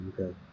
Okay